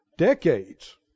decades